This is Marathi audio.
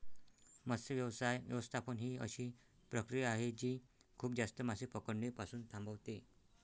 मत्स्य व्यवसाय व्यवस्थापन ही अशी प्रक्रिया आहे जी खूप जास्त मासे पकडणे पासून थांबवते